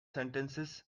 sentences